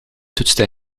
toetste